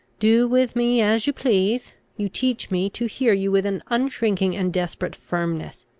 do with me as you please you teach me to hear you with an unshrinking and desperate firmness.